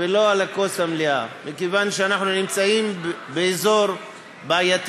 ולא על הכוס המלאה מכיוון שאנחנו נמצאים באזור בעייתי,